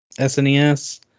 SNES